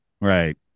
Right